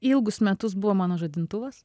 ilgus metus buvo mano žadintuvas